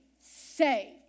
saved